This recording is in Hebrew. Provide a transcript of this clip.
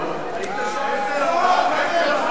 אמרת לפעילי קדימה בקריית-שמונה, ממשלה.